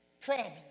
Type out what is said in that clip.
problem